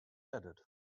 added